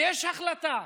ויש החלטה,